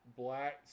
black